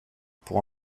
pour